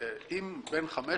אם בן 15